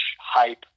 hype